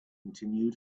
continued